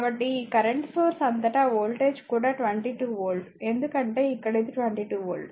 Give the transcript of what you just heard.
కాబట్టి ఈ current source అంతటా వోల్టేజ్ కూడా 22 వోల్ట్ ఎందుకంటే ఇక్కడ ఇది 22 వోల్ట్